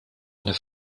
eine